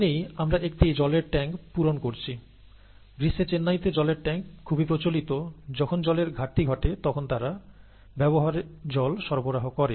ধরে নিই আমরা একটি জলের ট্যাংক পূরণ করছি গ্রীষ্মে চেন্নাইতে জলের ট্যাঙ্ক খুবই প্রচলিত যখন জলের ঘাটতি ঘটে তখন তারা ব্যবহারের জল সরবরাহ করে